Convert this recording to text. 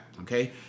okay